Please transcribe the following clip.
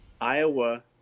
Iowa